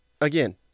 again